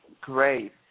great